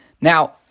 Now